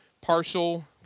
partial